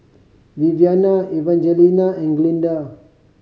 Viviana Evangelina and Glinda